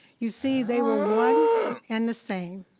you see, they were one and the same.